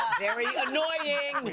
very annoying!